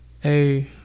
Hey